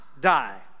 die